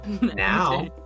Now